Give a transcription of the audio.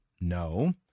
No